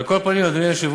על כל פנים, אדוני היושב-ראש,